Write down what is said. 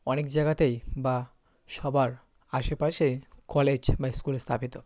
অনেক জায়গাতেই বা সবার আশেপাশে কলেজ বা স্কুল স্থাপিত